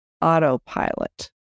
autopilot